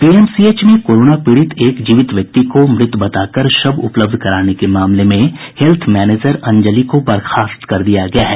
PMCH में corona पीड़ित एक जीवित व्यक्ति को मृत बताकर शव उपलब्ध कराने के मामले में हेत्थ मैनेजर अंजलि को बर्खास्त कर दिया गया है